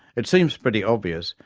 it seems pretty obvious,